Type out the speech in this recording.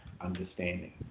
understanding